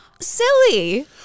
silly